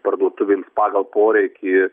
parduotuvėms pagal poreikį